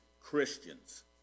Christians